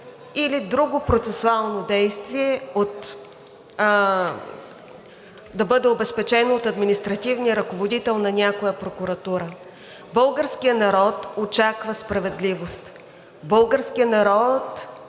или друго процесуално действие да бъде обезпечено от административния ръководител на някоя прокуратура. Българският народ очаква справедливост. Българският народ